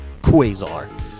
Quasar